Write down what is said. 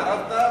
שהתערבת.